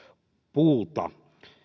puuta